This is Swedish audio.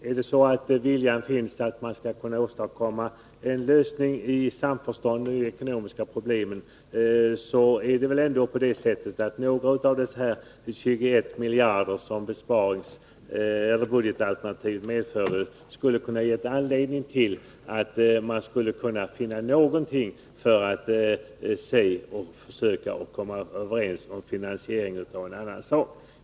Om viljan finns att åstadkomma en lösning av de ekonomiska problemen skulle väl några av budgetalternativets 21 miljarder kunnat ge anledning till att man försökte komma överens om en annan finansiering.